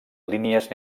línies